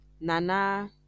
Nana